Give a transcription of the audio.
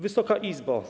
Wysoka Izbo!